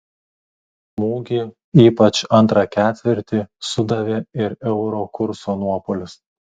smūgį ypač antrą ketvirtį sudavė ir euro kurso nuopuolis